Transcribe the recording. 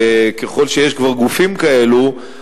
וככל שיש כבר גופים כאלו,